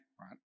right